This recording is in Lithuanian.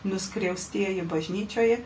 nuskriaustieji bažnyčioje